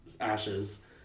Ashes